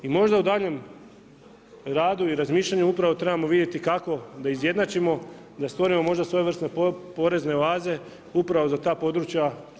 I možda u daljem radu i razmišljanju upravo trebamo vidjeti kako da izjednačimo, da stvorimo možda svojevrsne porezne oaze upravo za ta područja.